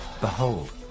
behold